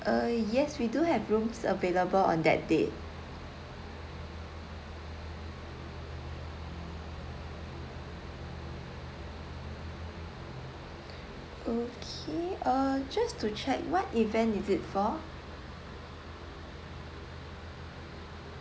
uh yes we do have rooms available on that date okay uh just to check what event is it for